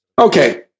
Okay